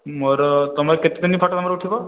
ମୋର ତମର କେତେଦିନ ଫଟୋ ତମର ଉଠିବ